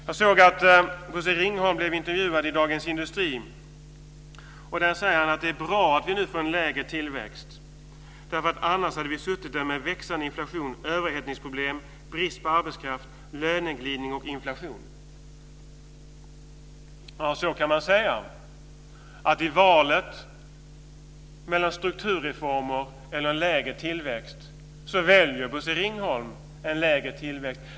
Jag såg att Bosse Ringholm blev intervjuad i Dagens Industri. Där säger han att det är bra att vi nu får en lägre tillväxt. Annars hade vi suttit där med växande inflation, överhettningsproblem, brist på arbetskraft, löneglidning och inflation. Ja, så kan man säga. I valet mellan strukturreformer eller en lägre tillväxt väljer Bosse Ringholm en lägre tillväxt.